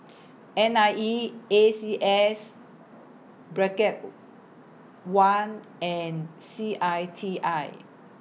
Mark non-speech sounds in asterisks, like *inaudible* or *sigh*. N I E A C S bracket *hesitation* one and C I T I